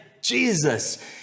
Jesus